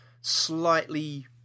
slightly